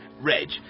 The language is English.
Reg